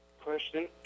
question